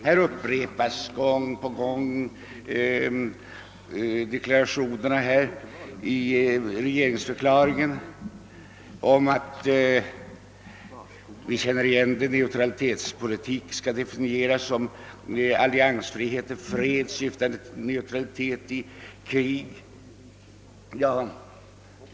Här upprepas gång på gång deklarationerna i regeringsförklaringen om att vår neutralitetspolitik skall definieras som alliansfrihet i fred syftande till neutralitet i krig.